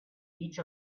each